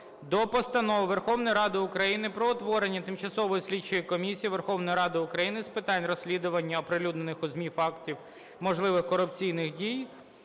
до Постанови Верховної Ради України "Про утворення Тимчасової слідчої комісії Верховної Ради України з питань розслідування оприлюднених у ЗМІ фактів можливих корупційних дій